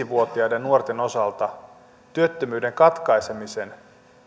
vuotiaiden nuorten osalta työttömyyden katkaisemisen